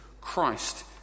Christ